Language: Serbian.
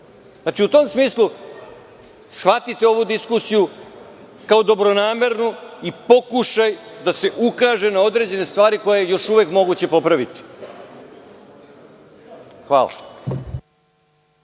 Znači, u tom smislu shvatite ovu diskusiju kao dobronamernu i pokušaj da se ukaže na određene stvari koje je još uvek moguće popraviti. Hvala.